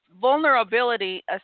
vulnerability